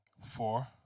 Four